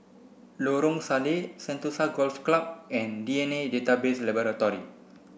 Lorong Salleh Sentosa Golf Club and D N A Database Laboratory